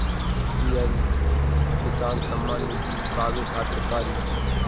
PM Kisan Samman Nidhi पावे खातिर का करी?